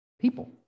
people